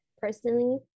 personally